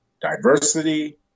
diversity